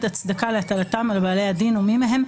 הצדקה להטלתם על בעלי הדין או מי מהם,